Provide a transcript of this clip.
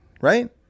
Right